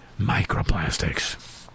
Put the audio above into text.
Microplastics